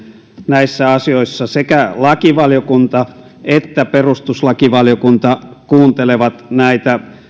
näissä asioissa sekä lakivaliokunta että perustuslakivaliokunta kuuntelevat näitä